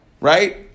right